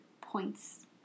points